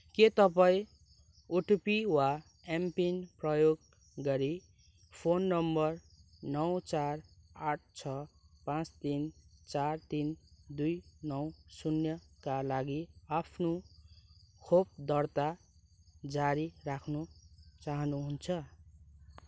के तपाईँँ ओटिपी वा एमपिन प्रयोग गरी फोन नम्बर नौ चार आठ छ पाँच तिन चार तिन दुई नौ शून्यका लागि आफ्नो खोप दर्ता जारी राख्न चाहनुहुन्छ